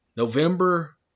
November